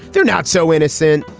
they're not so innocent.